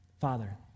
Father